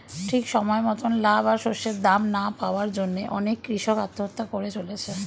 ঠিক সময় মতন লাভ আর শস্যের দাম না পাওয়ার জন্যে অনেক কূষক আত্মহত্যা করে চলেছে